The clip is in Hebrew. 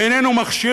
והוא איננו מכשיר,